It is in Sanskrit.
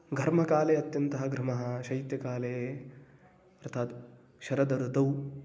घर्मकाले अत्यन्तः घर्मः शैत्यकाले अर्थात् शरद ऋतौ